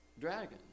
dragon